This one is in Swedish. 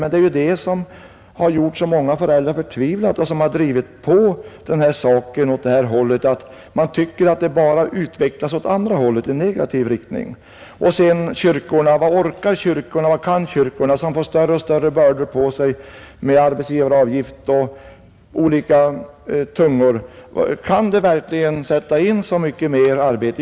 Men vad som har gjort så många föräldrar förtvivlade och drivit på saken är ju att man tycker att det bara utvecklas åt andra hållet, i negativ riktning. Vad orkar kyrkorna, som får större och större bördor på sig med arbetsgivaravgift och olika tungor? Kan de verkligen sätta in så mycket mer arbete?